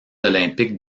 olympiques